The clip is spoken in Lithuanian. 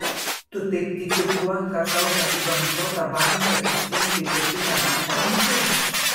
tu taip tiki tuo ką kalba į bankrotą banką įstumti ketinę bankininkai